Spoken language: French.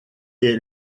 est